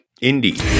Indeed